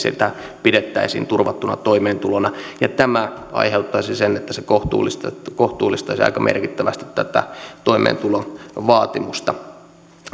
pidettäisiin turvattuna toimeentulona tämä aiheuttaisi sen että se kohtuullistaisi aika merkittävästi tätä toimeentulovaatimusta